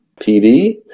PD